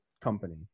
company